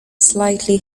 slightly